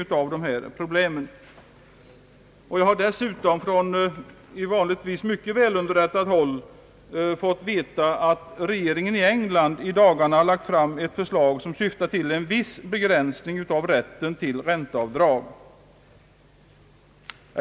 Jag har dessutom från vanligtvis mycket välunderrättat håll fått veta att regeringen i England i dagarna lagt fram ett förslag, som syftar till en viss begränsning av rätten till ränteavdrag.